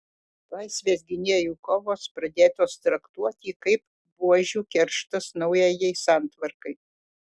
laisvės gynėjų kovos pradėtos traktuoti kaip buožių kerštas naujajai santvarkai